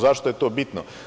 Zašto je to bitno?